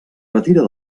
retira